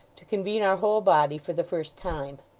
to convene our whole body for the first time.